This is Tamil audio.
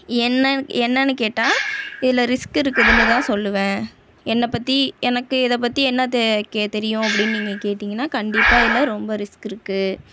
என்ன என்னெனனு கேட்டால் இதில் ரிஸ்க் இருக்குதுனுதான் சொல்லுவன் என்ன பற்றி எனக்கு இதை பற்றி என்ன தெரியும் அப்படினு நீங்கள் கேட்டீங்கன்னா கண்டிப்பாக இதில் ரொம்ப ரிஸ்க் இருக்குது